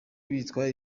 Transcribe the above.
bitwa